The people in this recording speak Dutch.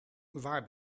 waar